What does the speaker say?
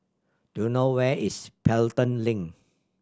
do you know where is Pelton Link